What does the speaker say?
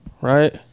right